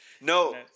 No